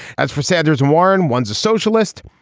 as for sanders and warren one's a socialist.